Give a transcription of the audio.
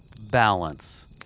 balance